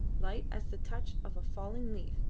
light as the touch of a falling leaf,